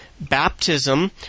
baptism